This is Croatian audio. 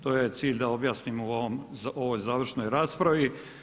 To je cilj da objasnim u ovoj završnoj raspravi.